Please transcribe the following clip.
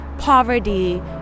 Poverty